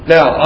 Now